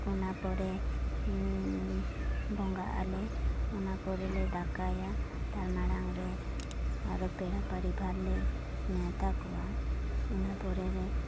ᱚᱱᱟ ᱯᱚᱨᱮ ᱵᱚᱸᱜᱟᱜ ᱟᱞᱮ ᱚᱱᱟ ᱯᱚᱨᱮᱞᱮ ᱫᱟᱠᱟᱭᱟ ᱛᱟᱨ ᱢᱟᱲᱟᱝᱨᱮ ᱟᱨᱚ ᱯᱮᱲᱟ ᱯᱚᱨᱤᱵᱟᱨ ᱞᱮ ᱱᱮᱶᱛᱟ ᱠᱚᱣᱟ ᱚᱱᱟ ᱯᱚᱨᱮᱨᱮ